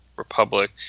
Republic